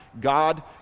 God